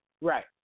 Right